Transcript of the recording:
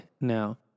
Now